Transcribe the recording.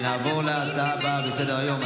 נעבור להצעה הבאה על סדר-היום,